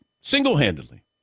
Single-handedly